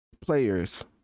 players